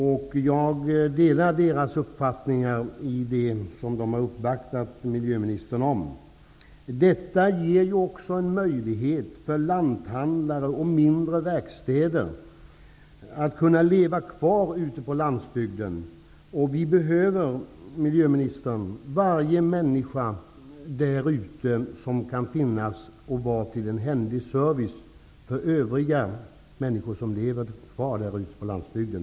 Jag delar folkrörelserådets uppfattning i den fråga rådet uppvaktat miljöministern om. En utvidgad dispens skulle också ge möjligheter för lanthandlare och mindre verkstäder att leva kvar ute på landsbygden. Vi behöver varje människa som kan erbjuda en behändig service för övriga människor som lever kvar på landsbygden.